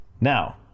Now